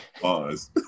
Pause